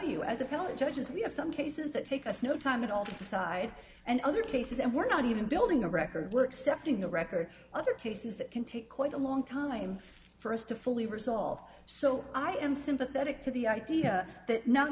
you as a fellow judges we have some cases that take us no time at all on the side and other cases and we're not even building a record setting the record other cases that can take quite a long time for us to fully resolved so i am sympathetic to the idea that not